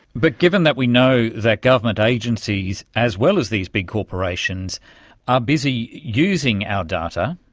but given that we know that government agencies as well as these big corporations are busy using our data,